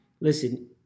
listen